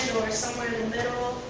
or somewhere in the middle.